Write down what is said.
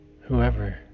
whoever